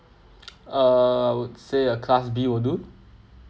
err I would say a class B will do